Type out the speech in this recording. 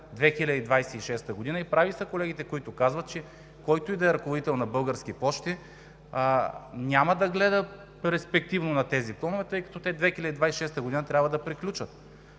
2026 г.? Прави са колегите, които казват, че който и да е ръководител на Български пощи няма да гледа перспективно на тези клонове, тъй като в 2026 г. трябва да приключат.